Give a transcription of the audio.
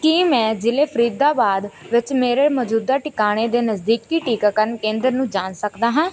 ਕੀ ਮੈਂ ਜ਼ਿਲ੍ਹੇ ਫਰੀਦਾਬਾਦ ਵਿੱਚ ਮੇਰੇ ਮੌਜੂਦਾ ਟਿਕਾਣੇ ਦੇ ਨਜ਼ਦੀਕੀ ਟੀਕਾਕਰਨ ਕੇਂਦਰ ਨੂੰ ਜਾਣ ਸਕਦਾ ਹਾਂ